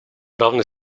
равной